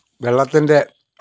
വെള്ളത്തിൻ്റെ